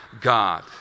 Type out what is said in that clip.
God